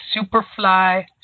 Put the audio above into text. Superfly